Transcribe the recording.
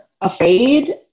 afraid